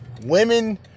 Women